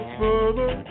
further